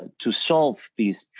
to solve these,